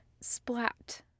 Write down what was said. splat